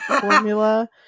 formula